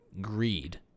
greed